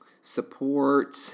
support